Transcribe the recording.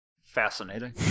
fascinating